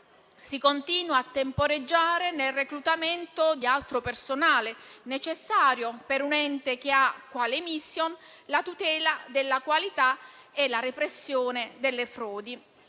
Si continua a temporeggiare nel reclutamento di altro personale, necessario per un ente che ha quale *mission* la tutela della qualità e la repressione delle frodi.